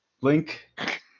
Link